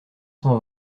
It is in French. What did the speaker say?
cent